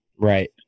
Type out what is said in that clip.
right